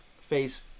face